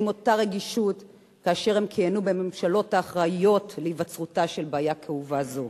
אותה רגישות כאשר הם כיהנו בממשלות האחראיות להיווצרותה של בעיה כאובה זו.